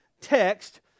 text